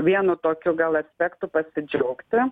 vienu tokiu gal aspektu pasidžiaugti